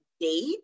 date